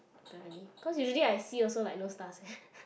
apparently cause usually I see also like no stars eh